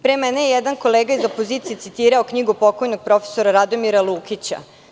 Pre mene je jedan kolega iz opozicije citirao knjigu pokojnog profesora Radomira Lukića.